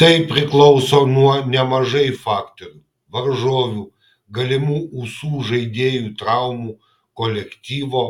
tai priklauso nuo nemažai faktorių varžovių galimų ūsų žaidėjų traumų kolektyvo